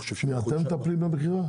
אתם מטפלים במכירה?